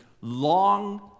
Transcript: long